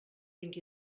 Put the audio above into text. vint